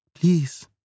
Please